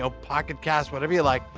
so pocket cast, whatever you like.